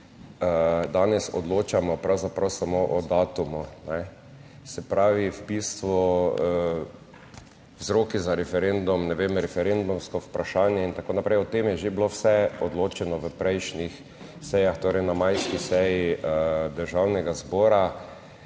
danes odločamo pravzaprav samo o datumu. Se pravi, v bistvu vzroki za referendum, ne vem, referendumsko vprašanje in tako naprej, o tem je že bilo vse odločeno v prejšnjih sejah, torej na majski seji Državnega zbora,